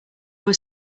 were